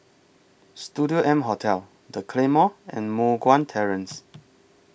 Studio M Hotel The Claymore and Moh Guan Terrace